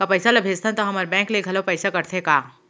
का पइसा ला भेजथन त हमर बैंक ले घलो पइसा कटथे का?